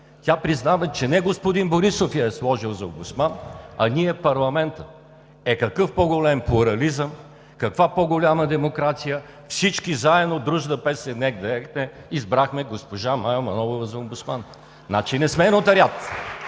Тя признава, че не господин Борисов я е сложил за омбудсман, а ние в парламента. Е, какъв по-голям плурализъм, каква по-голяма демокрация, всички заедно – „Дружна песен днес да екне“, избрахме госпожа Мая Манолова за омбудсман?! Значи не сме нотариат!